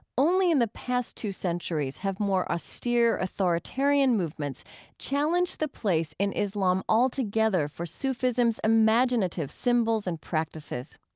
only in the past two centuries have more austere authoritarian movements challenged the place in islam altogether for sufism's imaginative symbols and practices.